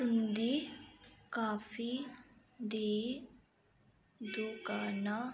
तुंदी काफी दी दुकानां